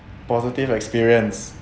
positive experience